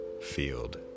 field